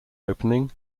opening